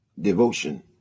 Devotion